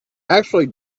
actually